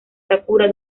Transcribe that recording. sakura